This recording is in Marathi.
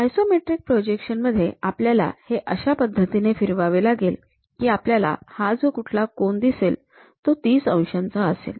आयसोमेट्रिक प्रोजेक्शन मध्ये आपल्याला हे अशा पद्धतीने फिरवावे लागेल की आपल्याला हा जो कुठला कोन दिसेल तो ३० अंशाचा असेल